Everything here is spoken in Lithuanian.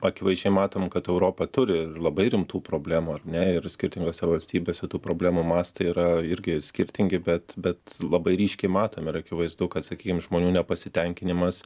akivaizdžiai matom kad europa turi ir labai rimtų problemų ar ne ir skirtingose valstybėse tų problemų mastai yra irgi skirtingi bet bet labai ryškiai matomi ir akivaizdu kad sakykim žmonių nepasitenkinimas